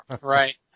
Right